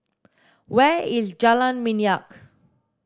where is Jalan Minyak